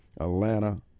Atlanta